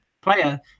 player